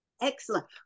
Excellent